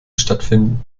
stattfinden